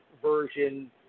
version